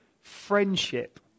friendship